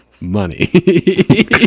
money